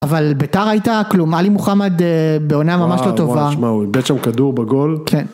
אבל ביתר הייתה כלומר עלי מוחמד בעונה ממש לא טובה. מה, הוא איבד שם כדור בגול? כן.